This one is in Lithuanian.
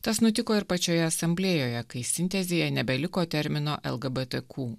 tas nutiko ir pačioje asamblėjoje kai sintezėje nebeliko termino lgbtq